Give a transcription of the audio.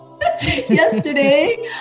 yesterday